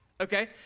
okay